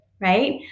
right